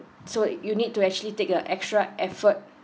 so you need to actually take a extra effort